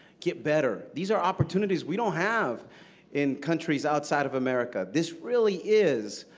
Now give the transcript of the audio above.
get better. these are opportunities we don't have in countries outside of america. this really is